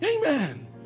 Amen